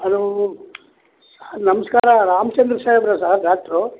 hello ನಮಸ್ಕಾರ ರಾಮಚಂದ್ರ ಸಾಹೇಬರಾ sir doctor